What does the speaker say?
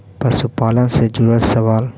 पशुपालन से जुड़ल सवाल?